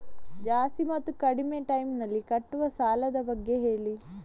ಜಾಸ್ತಿ ಮತ್ತು ಕಡಿಮೆ ಟೈಮ್ ನಲ್ಲಿ ಕಟ್ಟುವ ಸಾಲದ ಬಗ್ಗೆ ಹೇಳಿ